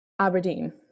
Aberdeen